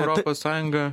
europos sąjungą